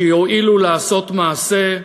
שיואילו לעשות מעשה,